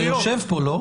אתה יושב פה, לא?